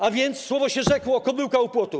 A więc słowo się rzekło, kobyłka u płotu.